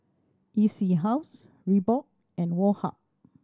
E C House Reebok and Woh Hup